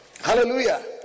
hallelujah